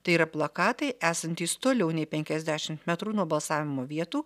tai yra plakatai esantys toliau nei penkiasdešimt metrų nuo balsavimo vietų